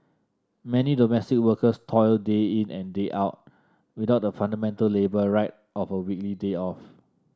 many domestic workers toil day in and day out without the fundamental labour right of a weekly day off